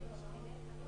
נגד?